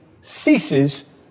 ceases